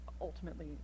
ultimately